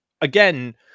Again